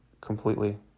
completely